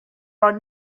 are